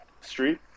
Street